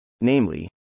Namely